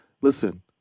listen